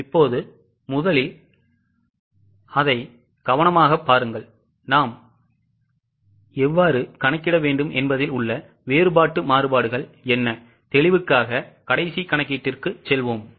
இப்போது முதலில் அதை கவனமாகப் பாருங்கள் நாம் எவ்வாறு கணக்கிட வேண்டும் என்பதில் உள்ள வேறுபாட்டு மாறுபாடுகள் என்ன தெளிவுக்காக கடைசி கணக்கீட்டிற்கு செல்வோம்